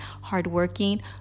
hardworking